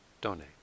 donate